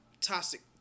toxic